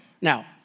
Now